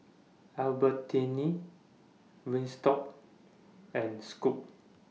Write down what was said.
Albertini Wingstop and Scoot